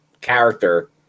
character